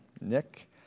Nick